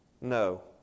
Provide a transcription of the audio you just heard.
No